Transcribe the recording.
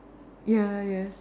ya yes